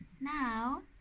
now